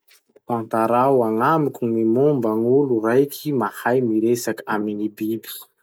Tantarao agnamiko gny momba gn'olo raiky mahay miresaky amy gny biby.